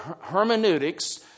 hermeneutics